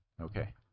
Okay